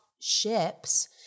ships